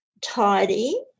Tidy